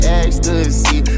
ecstasy